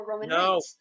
No